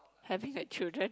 having a children